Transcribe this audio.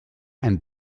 and